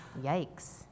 yikes